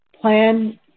Plan